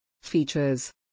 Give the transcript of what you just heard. Features